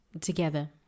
together